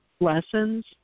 lessons